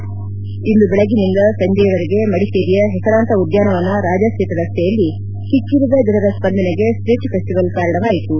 ಭಾನುವಾರ ಬೆಳಗ್ಗಿನಿಂದ ಸಂಜೆಯವರೆಗೆ ಮಡಿಕೇರಿಯ ಪೆಸರಾಂತ ಉದ್ಯಾನವನ ರಾಜಾಸೀಟ್ ರಸ್ತೆಯಲ್ಲಿ ಕಿಕ್ಕಿರಿದ ಜನರ ಸ್ಪಂದನೆಗೆ ಸ್ಟೀಟ್ ಫೆಸ್ಟಿವಲ್ ಕಾರಣವಾಯಿತು